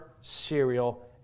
cereal